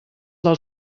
del